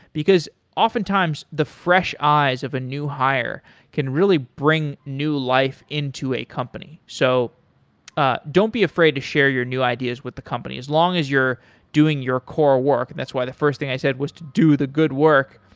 because oftentimes the fresh eyes of a new hire can really bring new life into a company. so ah don't be afraid to share your new ideas with the company, as long as you're doing your core work, that's why the first thing i said was to do the good work,